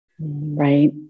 Right